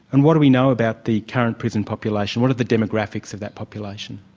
and what do we know about the current prison population? what are the demographics of that population?